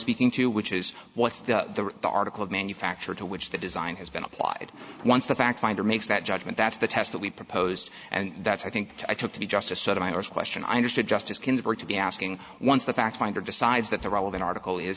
speaking to which is what's the article of manufacture to which the design has been applied once the fact finder makes that judgement that's the test that we proposed and that's i think i took to be just a sort of irish question i understood justice ginsburg to be asking once the fact finder decides that the relevant article is